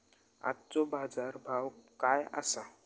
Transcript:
आजचो बाजार भाव काय आसा?